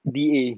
da